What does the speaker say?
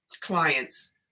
clients